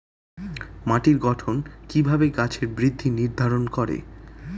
মাটির গঠন কিভাবে গাছের বৃদ্ধি নির্ধারণ করে?